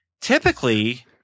typically